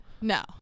No